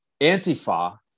Antifa